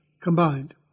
combined